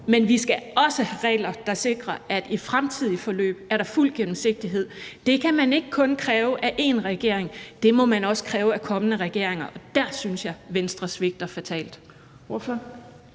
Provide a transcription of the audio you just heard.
men vi skal også have regler, der sikrer, at der i fremtidige forløb er fuld gennemsigtighed. Det kan man ikke kun kræve af én regering – det må man også kræve af kommende regeringer. Der synes jeg, Venstre svigter fatalt.